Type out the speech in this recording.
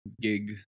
gig